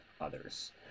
others